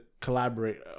collaborate